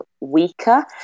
weaker